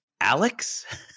Alex